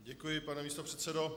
Děkuji, pane místopředsedo.